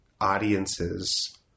audiences